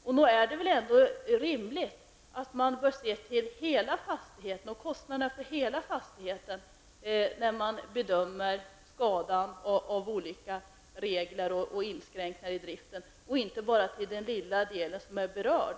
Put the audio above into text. Det är väl ändå rimligt att man ser till hela fastigheten och kostnaderna för denna när man bedömer skadan av olika regler och inskränkningar i driften. Man bör inte bara se till den lilla del som är berörd.